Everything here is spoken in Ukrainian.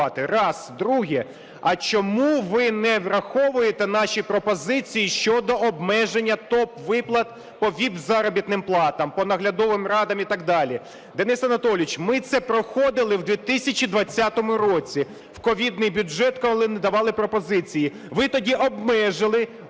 Денисе Анатолійовичу, ми це проходили у 2020 році в ковідний бюджет, коли ми давали пропозиції. Ви тоді обмежили